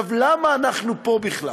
עכשיו, למה אנחנו פה בכלל?